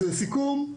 אז לסיכום,